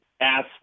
ask